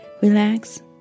relax